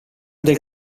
del